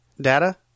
data